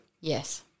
Yes